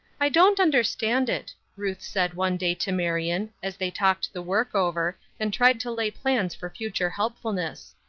i don't understand it, ruth said one day to marion, as they talked the work over, and tried to lay plans for future helpfulness.